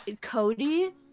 Cody